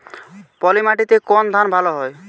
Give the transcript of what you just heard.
পলিমাটিতে কোন ধান ভালো হয়?